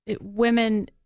women –